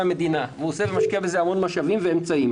המדינה והוא משקיע בזה המון משאבים ואמצעים.